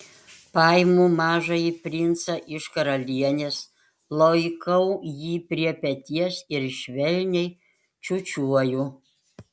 paimu mažąjį princą iš karalienės laikau jį prie peties ir švelniai čiūčiuoju